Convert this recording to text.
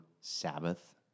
Sabbath